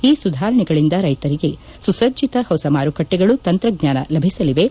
ಈ ಸುಧಾರಣೆಗಳಿಂದ ರೈತರಿಗೆ ಸುಸಜ್ಜತ ಹೊಸ ಮಾರುಕಟ್ಟಿಗಳು ತಂತ್ರಜ್ಞಾನ ಲಭಿಸಲಿವೆ